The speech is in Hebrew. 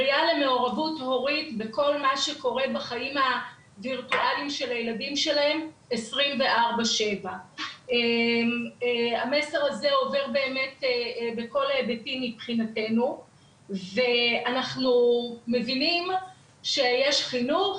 מעורבות הורית בכל מה שקורה בחיים הווירטואליים של הילדים שלהם 24/7. המסר הזה עבר באמת בכל ההיבטים מבחינתנו ואנחנו מבינים שיש חינוך,